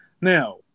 Now